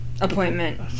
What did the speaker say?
appointment